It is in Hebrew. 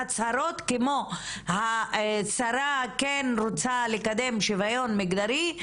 והצהרות כמו השרה כן רוצה לקדם שוויון מגדרי,